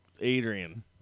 Adrian